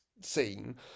scene